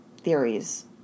theories